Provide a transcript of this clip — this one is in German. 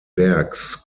werks